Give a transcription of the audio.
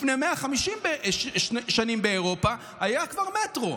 לפני 150 שנים באירופה היה כבר מטרו,